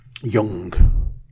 young